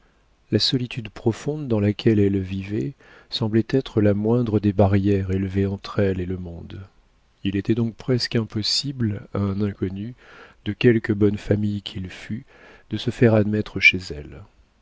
la solitude profonde dans laquelle elle vivait semblait être la moindre des barrières élevées entre elle et le monde il était donc presque impossible à un inconnu de quelque bonne famille qu'il fût de se faire admettre chez elle